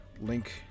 link